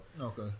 okay